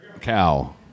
Cow